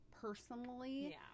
personally